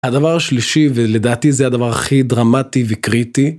הדבר השלישי ולדעתי זה הדבר הכי דרמטי וקריטי.